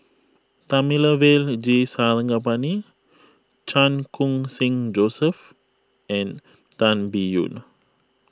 Thamizhavel G Sarangapani Chan Khun Sing Joseph and Tan Biyun